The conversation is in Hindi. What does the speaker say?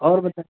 और बता